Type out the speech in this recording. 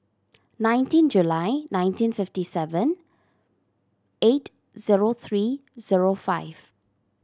nineteen July nineteen fifty seven eight zero three zero five